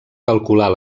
calcular